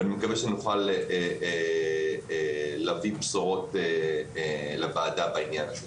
ואני מקווה שנוכל להביא בשורות לוועדה בעניין הזה.